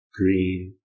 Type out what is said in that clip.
green